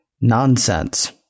Nonsense